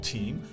Team